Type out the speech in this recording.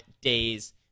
days